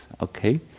Okay